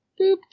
boop